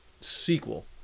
sequel